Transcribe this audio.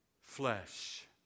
flesh